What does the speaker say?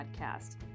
podcast